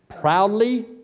proudly